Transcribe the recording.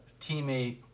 teammate